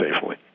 safely